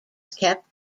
kept